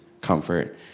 comfort